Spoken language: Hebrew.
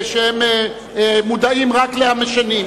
שהם מודעים רק למשנים,